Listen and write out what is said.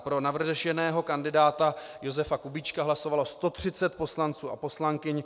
Pro navrženého kandidáta Josefa Kubíčka hlasovalo 130 poslanců a poslankyň.